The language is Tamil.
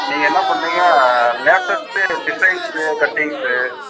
நீங்கள் என்ன பண்ணுறிங்க லேட்டஸ்ட்டு டிசைன்ஸ்ஸு கட்டிங்ஸ்ஸு